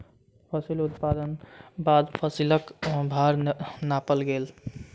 फसिल उत्पादनक बाद फसिलक भार नापल गेल